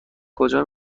کجا